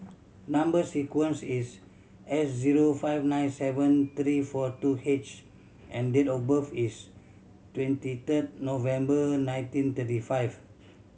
number sequence is S zero five nine seven three four two H and date of birth is twenty third November nineteen thirty five